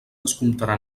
descomptarà